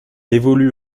évolue